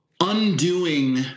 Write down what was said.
undoing